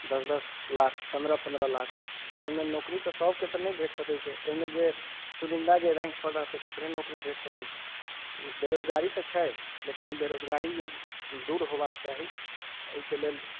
दश दश लाख पन्द्रह पन्द्रह लाख तऽ ओहिमे नौकरी तऽ सबके नहि भेट सकैत छै ओहिमे जे चुनिन्दा जे रैङ्क पर रहतै तेकरे नौकरी भेंट सकैत य छै बेरोजगारी तऽ छै लेकिन ई बेरोजगारी जे दूर होयबाके चाही एहिके लेल